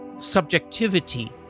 subjectivity